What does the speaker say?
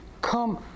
come